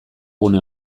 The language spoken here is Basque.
gune